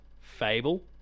Fable